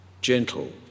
gentle